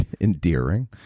endearing